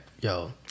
yo